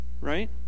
right